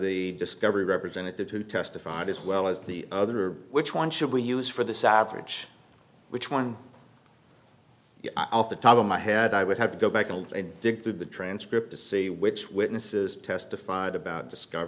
the discovery representative who testified as well as the other which one should we use for the savage which one off the top of my head i would have to go back and dig through the transcript to see which witnesses testified about discover